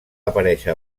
aparèixer